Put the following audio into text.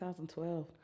2012